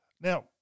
Now